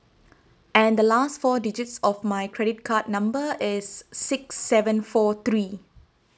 and the last four digits of my credit card number is six seven four three